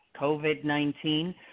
COVID-19